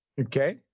Okay